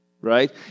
right